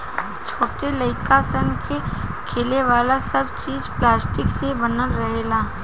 छोट लाइक सन के खेले वाला सब चीज़ पलास्टिक से बनल रहेला